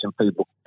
people